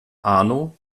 arno